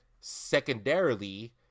secondarily